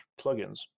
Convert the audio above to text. plugins